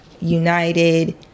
united